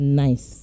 nice